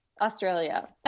Australia